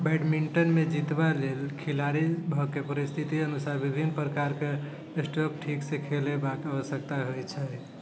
बैडमिंटनमे जीतबा लेल खिलाड़ीसभकेँ परिस्थिति अनुसार विभिन्न प्रकारक स्ट्रोककेँ ठीकसँ खेलबाक आवश्यकता होइत छैक